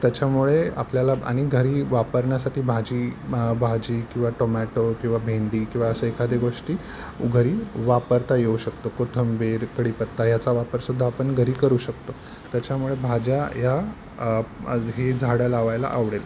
त्याच्यामुळे आपल्याला आणि घरी वापरण्यासाठी भाजी म् भाजी किंवा टोमॅटो किंवा भेंडी किंवा अशी एखादी गोष्ट घरी वापरता येऊ शकते कोथिंबीर कढीपत्ता ह्यांचा वापरसुद्धा आपण घरी करू शकतो त्याच्यामुळे भाज्या या झ् ही झाडं लावायला आवडेल